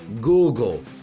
Google